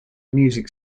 music